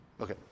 Okay